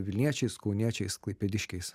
vilniečiais kauniečiais klaipėdiškiais